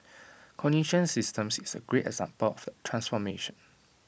cognitive systems is A great example of the transformation